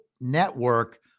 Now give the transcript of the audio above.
network